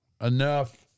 enough